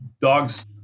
dogs